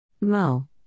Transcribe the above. Mo